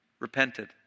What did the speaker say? Repented